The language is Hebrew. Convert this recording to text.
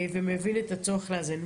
ומבין את הצורך באיזון.